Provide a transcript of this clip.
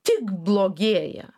tik blogėja